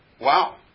Wow